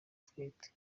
atwite